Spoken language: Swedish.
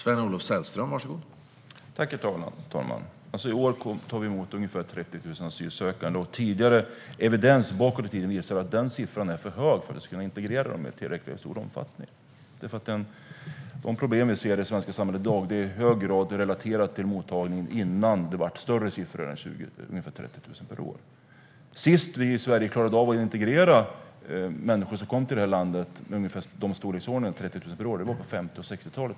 Herr talman! I år tar vi emot ungefär 30 000 asylsökande, och tidigare evidens bakåt i tiden visar att den siffran är för hög för att vi ska kunna integrera dem i tillräckligt stor omfattning. De problem vi ser i det svenska samhället i dag är i hög grad relaterade till mottagningen innan det blev större siffror än ungefär 30 000 per år. Sist vi i Sverige klarade av att integrera människor som kom till det här landet i en omfattning av 30 000 per år var under 1950 och 60-talen.